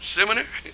Seminary